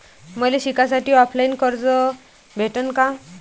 मले शिकासाठी ऑफलाईन कर्ज भेटन का?